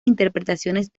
interpretaciones